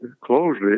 closely